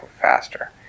faster